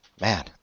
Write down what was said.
Man